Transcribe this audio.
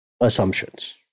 assumptions